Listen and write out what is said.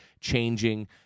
changing